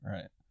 Right